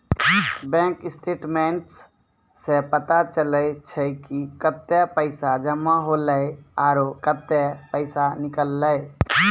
bank statements सें पता चलै छै कि कतै पैसा जमा हौले आरो कतै पैसा निकललै